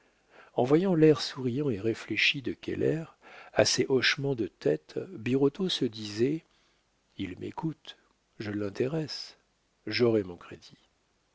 en voyant l'air souriant et réfléchi de keller à ses hochements de tête birotteau se disait il m'écoute je l'intéresse j'aurai mon crédit